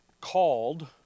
called